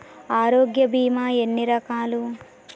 ఆరోగ్య బీమా ఎన్ని రకాలు?